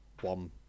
one